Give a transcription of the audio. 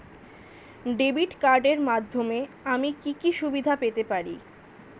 Debit কার্ডের মাধ্যমে আমি কি কি সুবিধা পেতে পারি?